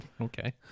Okay